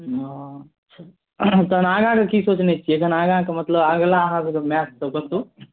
ओ अच्छा तहन आगाँके कि सोचने छिए आगाँके मतलब अगिला अहाँसबके मैचसब कतहु